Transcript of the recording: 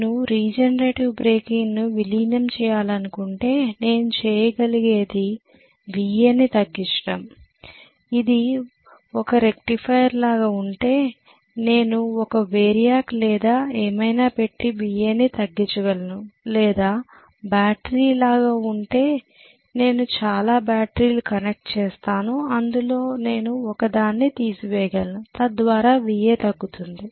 నేను రీజనరేటివ్ బ్రేకింగ్ను విలీనం చేయాలనుకుంటే నేను చేయగలిగేది Va ని తగ్గించడం ఇది ఒక రెక్టిఫైయర్ లాగా ఉంటే నేను ఒక వేరియాక్ లేదా ఏమైనా పెట్టి Va ని తగ్గించగలను లేదా బ్యాటరీ లాగా ఉంటే నేను చాలా బ్యాటరీలు కనెక్ట్ చేస్తాను అందులో నేను ఒకదాన్ని తీసివేయగలను తద్వారా Va తగ్గుతుంది